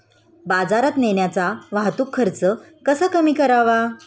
बाजारात नेण्याचा वाहतूक खर्च कसा कमी करावा?